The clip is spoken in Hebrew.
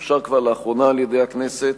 שכבר אושר לאחרונה על-ידי הכנסת,